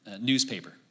newspaper